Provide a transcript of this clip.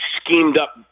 schemed-up